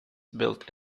built